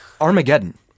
Armageddon